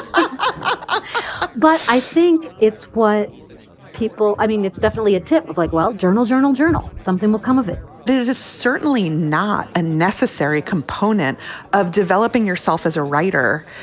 and but i think it's what people i mean, it's definitely a tip of like well. journal, journal, journal. something will come of it this is certainly not a necessary component of developing yourself as a writer.